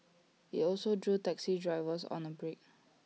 IT also drew taxi drivers on A break